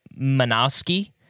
Manoski